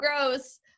gross